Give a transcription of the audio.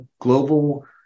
global